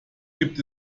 gibt